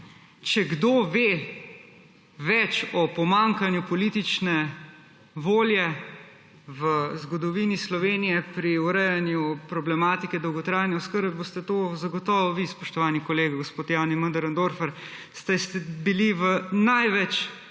Če kdo ve več o pomanjkanju politične volje v zgodovini Slovenije pri urejanju problematike dolgotrajne oskrbe, boste to zagotovo vi, spoštovani kolega gospod Jani Möderndorfer, saj ste bili v največ